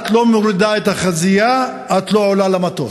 את לא מורידה את החזייה, את לא עולה למטוס.